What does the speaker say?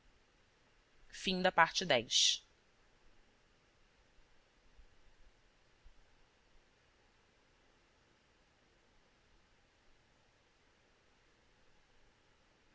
da parte do